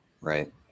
Right